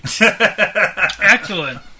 Excellent